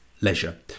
leisure